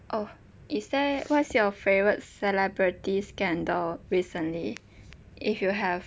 oh is there what's your favourite celebrity scandal recently if you have